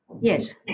Yes